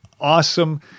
awesome